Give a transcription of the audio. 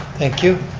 thank you.